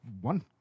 one